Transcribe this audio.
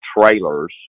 trailers